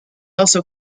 also